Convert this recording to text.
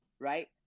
right